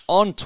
on